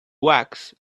wax